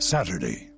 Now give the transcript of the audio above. Saturday